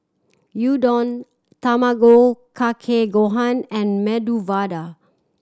Gyudon Tamago Kake Gohan and Medu Vada